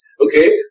Okay